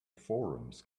forums